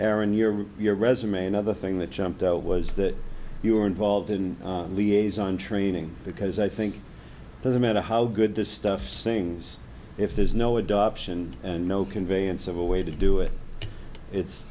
error in your your resume another thing that jumped out was that you were involved in liaison training because i think doesn't matter how good this stuff sings if there's no adoption and no conveyance of a way to do it it's